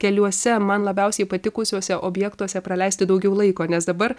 keliuose man labiausiai patikusiuose objektuose praleisti daugiau laiko nes dabar